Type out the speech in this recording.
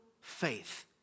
faith